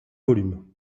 volumes